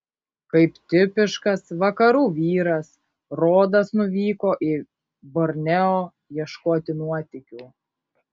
kaip tipiškas vakarų vyras rodas nuvyko į borneo ieškoti nuotykių